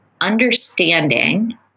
understanding